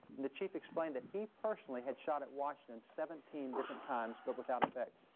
and the chief explained that he personally had shot at washington seventeen different times but without effect.